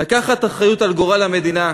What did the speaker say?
לקחת אחריות על גורל המדינה,